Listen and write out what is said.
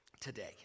today